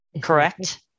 Correct